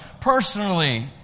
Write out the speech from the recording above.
personally